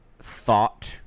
thought